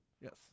Yes